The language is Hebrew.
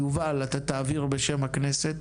ליובל, אתה תעביר בשם הכנסת